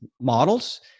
models